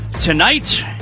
Tonight